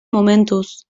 momentuz